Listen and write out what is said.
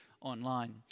online